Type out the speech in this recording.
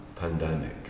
pandemic